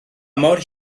mor